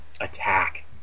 attack